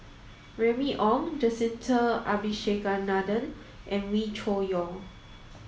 Remy Ong Jacintha Abisheganaden and Wee Cho Yaw